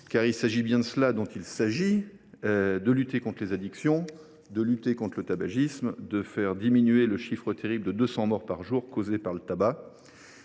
car il s’agit bien de cela : lutter contre les addictions, lutter contre le tabagisme, faire diminuer le chiffre terrible de 200 morts par jour causés par le tabac.